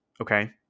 okay